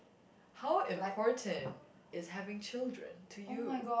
how important is having children to you